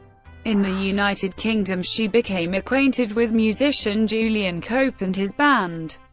in the united kingdom, she became acquainted with musician julian cope and his band,